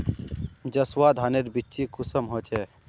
जसवा धानेर बिच्ची कुंसम होचए?